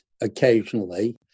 occasionally